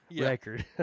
record